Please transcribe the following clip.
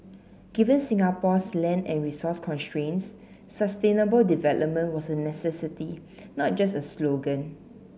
given Singapore's land and resource constraints sustainable development was a necessity not just a slogan